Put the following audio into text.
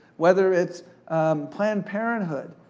whether it's planned parenthood.